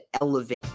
elevate